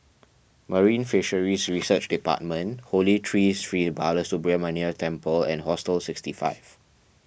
Marine Fisheries Research Department Holy Tree Sri Balasubramaniar Temple and Hostel sixty five